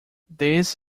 this